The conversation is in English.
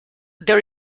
there